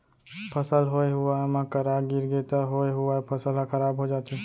फसल होए हुवाए म करा गिरगे त होए हुवाए फसल ह खराब हो जाथे